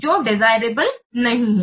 जो वांछनीय नहीं है